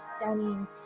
stunning